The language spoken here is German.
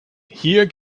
hier